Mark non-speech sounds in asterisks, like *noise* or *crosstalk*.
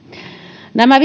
nämä *unintelligible*